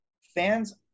fans